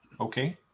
Okay